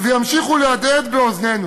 וימשיכו להדהד באוזנינו: